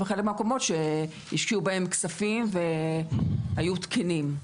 וחלק מהמקומות שהשקיעו בהם כספים והיו תקינים.